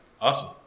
Awesome